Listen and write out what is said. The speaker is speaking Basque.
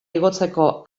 igotzeko